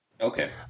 Okay